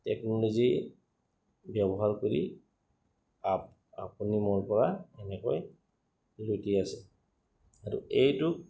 technology ব্যৱহাৰ কৰি আপুনি মোৰ পৰা এনেকৈ লুটি আছে আৰু এইটোক